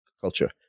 culture